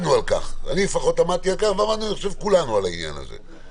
אני לפחות עמדתי על כך ואני חושב שכולנו עמדנו על העניין הזה.